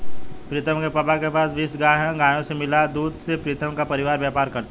प्रीतम के पापा के पास बीस गाय हैं गायों से मिला दूध से प्रीतम का परिवार व्यापार करता है